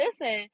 listen